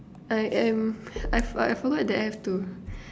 I am I I forgot that I have to